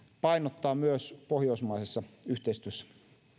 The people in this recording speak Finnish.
painottaa myös pohjoismaisessa yhteistyössä